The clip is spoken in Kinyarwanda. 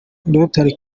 rotary